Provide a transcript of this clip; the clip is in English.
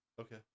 Okay